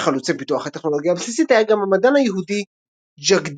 בין חלוצי פיתוח הטכנולוגיה הבסיסית היה גם המדען ההודי ג'אגדיש